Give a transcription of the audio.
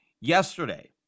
yesterday